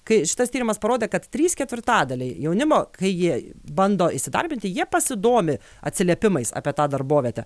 kai šitas tyrimas parodė kad trys ketvirtadaliai jaunimo kai jie bando įsidarbinti jie pasidomi atsiliepimais apie tą darbovietę